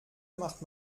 macht